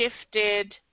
shifted